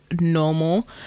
normal